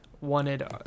wanted